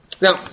Now